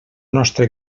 nostre